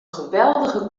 geweldige